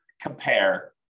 compare